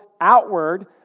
outward